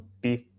beef